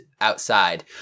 outside